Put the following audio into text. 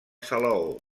salaó